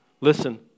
Listen